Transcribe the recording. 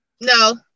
No